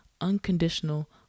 unconditional